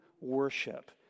worship